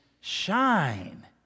shine